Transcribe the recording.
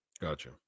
Gotcha